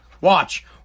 Watch